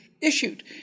issued